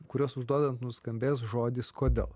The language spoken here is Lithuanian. kuriuos užduodant nuskambės žodis kodėl